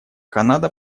канада